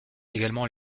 également